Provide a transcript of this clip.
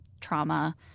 trauma